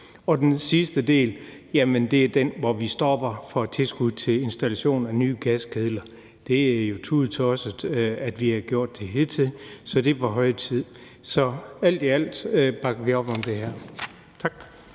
godt. Det andet er det, at vi stopper for tilskud til installation af nye gaskedler. Det er jo tudetosset, at vi har gjort det hidtil, så det er på høje tid. Så alt i alt bakker vi op om det her. Tak.